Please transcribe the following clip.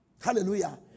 Hallelujah